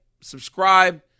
subscribe